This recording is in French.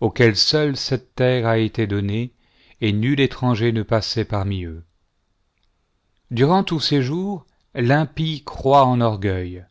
auxquels seuls cette terre a été donnée et nul étranger ne passait parmi eux durant tous ses jours l'impie croît en orgueil